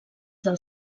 del